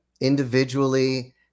individually